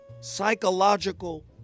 psychological